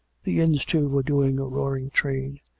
the inns, too, were doing a roar ing trade,